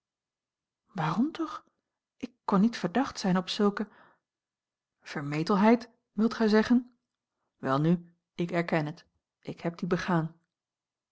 waarom toch ik kon niet verdacht zijn op zulke vermetelheid wilt gij zeggen welnu ik erken het ik heb die begaan